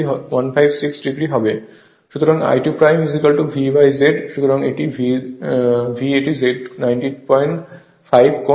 সুতরাং I2VZ সুতরাং এটি V এটি Z 905 কোণ 756 o অ্যাম্পিয়ার হয়